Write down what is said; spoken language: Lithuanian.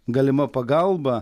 galima pagalba